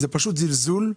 זה פשוט זלזול.